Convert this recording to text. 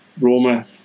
Roma